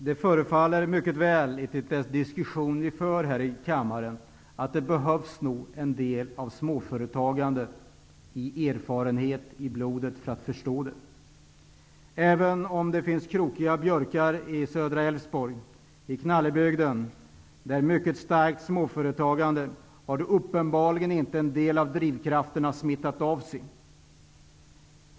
Herr talman! Enligt den diskussion som förs här i kammaren förefaller det som om man behöver småföretagandet som en erfarenhet i blodet för att förstå det. Även om det finns krokiga björkar i södra Älvsborg, i knallebygden, där det finns ett mycket starkt småföretagande, har uppenbarligen inte en del av drivkrafterna smittat av sig.